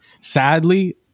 Sadly